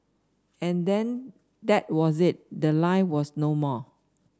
and then that was it the line was no more